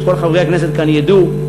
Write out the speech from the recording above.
שכל חברי הכנסת כאן ידעו: